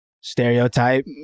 stereotype